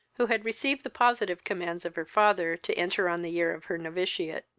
who had received the positive commands of her father to enter on the year of her noviciate.